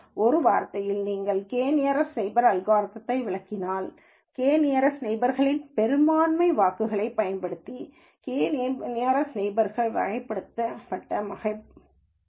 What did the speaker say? ஒரு வார்த்தையில் நீங்கள் கே நியரஸ்ட் நெய்பர்ஸ்அல்காரிதம்யை விளக்கினால் நியரஸ்ட் நெய்பர்ஸ்களின் பெரும்பான்மை வாக்குகளைப் பயன்படுத்தி கே நியரஸ்ட் நெய்பர்ஸ்வகைப்படுத்தப்பட்ட மதிப்பை விளக்குகிறது